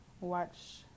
watch